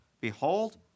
Behold